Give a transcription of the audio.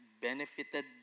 benefited